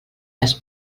les